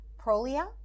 Prolia